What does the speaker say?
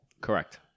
Correct